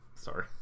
sorry